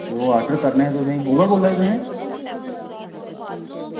ओह् ऑर्डर करने हे तुसेंगी उ'ऐ बोल्ला दे तुस